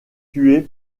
tués